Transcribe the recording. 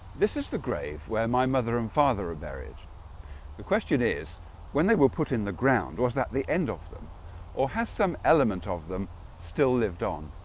this is the grave where my mother and father of there is the question is when they were put in the ground was that the end of them or has some element of them still lived on